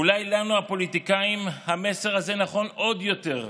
אולי לנו, הפוליטיקאים, המסר הזה נכון עוד יותר: